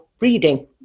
reading